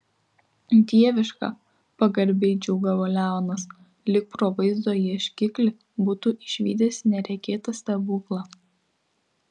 dieviška pagarbiai džiūgavo leonas lyg pro vaizdo ieškiklį būtų išvydęs neregėtą stebuklą